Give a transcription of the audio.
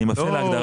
אני מסכים להגדרה